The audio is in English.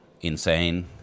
insane